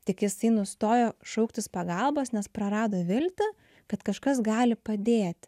tik jisai nustojo šauktis pagalbos nes prarado viltį kad kažkas gali padėti